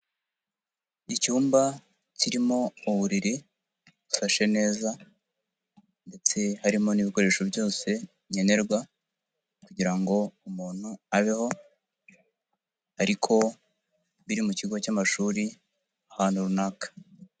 Icyumba kirimo uburiri busashe neza ndetse harimo n'ibikoresho byose nkenerwa kugira ngo umuntu abeho ariko biri mu kigo cy'amashuri ahantu runaka.